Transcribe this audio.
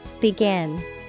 Begin